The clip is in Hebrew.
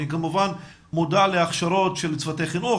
אני כמובן מודע להכשרות של צוותי החינוך,